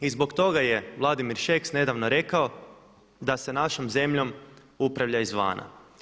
I zbog toga je Vladimir Šeks nedavno rekao da se našom zemljom upravlja izvana.